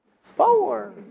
four